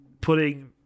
putting